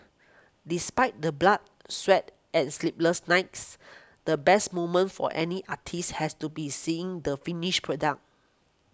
despite the blood sweat and sleepless nights the best moment for any artist has to be seeing the finished product